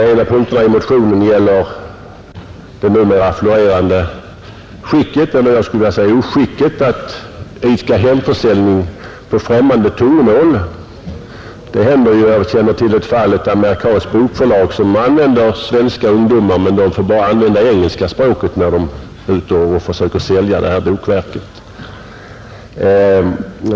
En av punkterna i motionen gäller det numera florerande skicket — eller jag skulle vilja säga oskicket — att idka hemförsäljning på främmande tungomål, Jag känner till att ett amerikanskt bolag vid sådan försäljning av ett bokverk anlitar svenska ungdomar, men de får bara använda engelska språket när de är ute och försöker sälja bokverket.